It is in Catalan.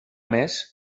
més